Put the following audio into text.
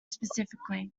specifically